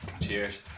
Cheers